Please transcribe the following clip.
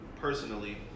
personally